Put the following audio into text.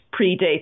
predates